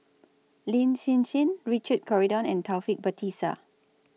Lin Hsin Hsin Richard Corridon and Taufik Batisah